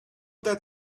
that